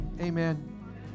amen